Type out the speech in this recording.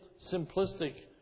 simplistic